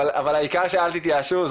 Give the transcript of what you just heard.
אבל העיקר שאל תתייאשו,